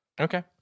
Okay